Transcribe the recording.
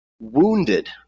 wounded